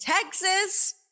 Texas